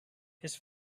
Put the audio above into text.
his